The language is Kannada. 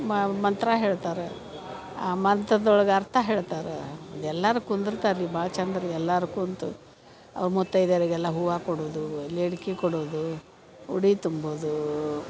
ಮ ಮಂತ್ರ ಹೇಳ್ತಾರೆ ಆ ಮಂತ್ರ್ದೊಳ್ಗೆ ಅರ್ಥ ಹೇಳ್ತಾರೆ ಎಲ್ಲಾರೂ ಕುಂದ್ರ್ತಾರೆ ರೀ ಭಾಳ ಚಂದ ರೀ ಎಲ್ಲರೂ ಕೂತು ಅವ್ರು ಮುತ್ತೈದೆಯರಿಗೆಲ್ಲ ಹೂವು ಕೊಡೋದು ಎಲೆ ಅಡ್ಕೆ ಕೊಡುವುದು ಉಡಿ ತುಂಬೋದು